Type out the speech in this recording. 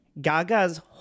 Gaga's